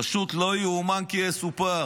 פשוט לא יאומן כי יסופר.